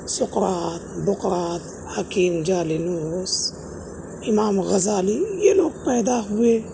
سقراط بقراط حکیم جالینوس امام غزالی یہ لوگ پیدا ہوئے